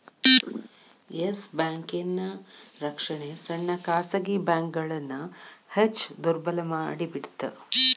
S ಬ್ಯಾಂಕಿನ್ ರಕ್ಷಣೆ ಸಣ್ಣ ಖಾಸಗಿ ಬ್ಯಾಂಕ್ಗಳನ್ನ ಹೆಚ್ ದುರ್ಬಲಮಾಡಿಬಿಡ್ತ್